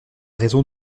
raison